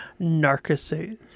narcissist